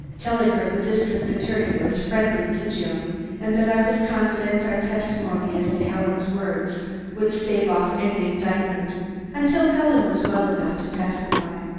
telling her the district attorney was friendly to jim and that i was confident our testimony as to helen's words would stave off any indictment until helen was well enough to testify.